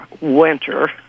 winter